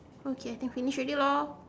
okay then finish already loh